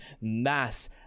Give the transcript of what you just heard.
mass